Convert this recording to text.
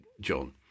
John